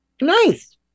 nice